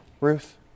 Ruth